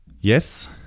Yes